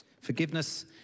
Forgiveness